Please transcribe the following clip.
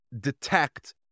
detect